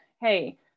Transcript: hey